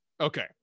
Okay